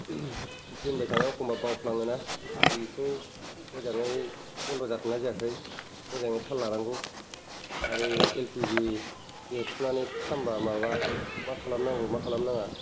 दोनबाय थानायाव एखम्बा बावफ्लाङो ना बेखौ मोजाङै बन्द' जादों ना जायाखै मोजाङै थाल लानांगौ आरो एल पि जि बेरफ्रुनानै खामबा माबा मा खालामनांगौ मा खालामनाङा